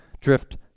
drift